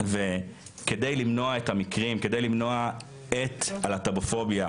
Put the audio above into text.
וכדי למנוע את המקרים, כדי למנוע את הלהט"בופוביה,